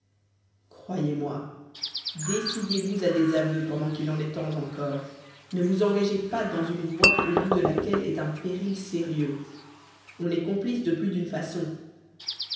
croyez-moi décidez-vous à des aveux pendant qu'il en est temps encore ne vous engagez pas dans une voie au bout de laquelle est un péril sérieux on est complice de plus d'une façon